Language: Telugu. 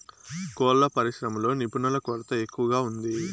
కోళ్ళ పరిశ్రమలో నిపుణుల కొరత ఎక్కువగా ఉంది